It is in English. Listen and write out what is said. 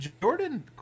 Jordan